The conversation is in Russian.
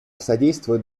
содействует